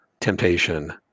temptation